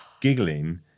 giggling